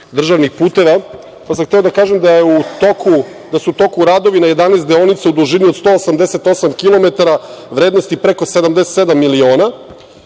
državnih puteva, hteo sam da kažem da su u toku radovi na 11 deonica u dužini od 188 km, u vrednosti od preko 77 miliona